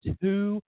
two